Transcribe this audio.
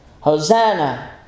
Hosanna